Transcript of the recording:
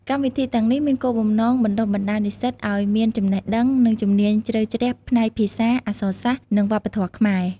កម្មវិធីទាំងនេះមានគោលបំណងបណ្តុះបណ្តាលនិស្សិតឱ្យមានចំណេះដឹង និងជំនាញជ្រៅជ្រះផ្នែកភាសា អក្សរសាស្ត្រ និងវប្បធម៌ខ្មែរ។